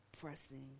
pressing